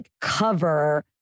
cover